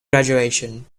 graduation